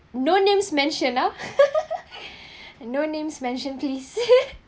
no names mentioned uh no names mentioned please